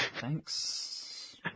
Thanks